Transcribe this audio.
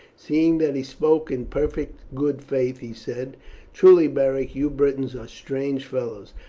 seeing that he spoke in perfect good faith, he said truly, beric, you britons are strange fellows.